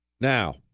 Now